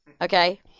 Okay